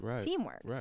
teamwork